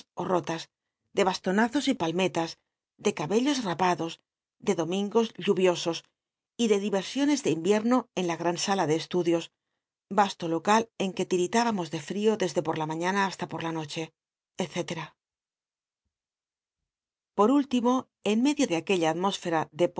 cabellos de tonazos y palmetas en la invicmo de es divetsion ele y gos lluviosos lirilúbaque en local vasto gran sala de estudios mos de frio desde por la mañana basta por la noche etc por ultimo en medio de aquella atmósfera